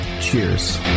Cheers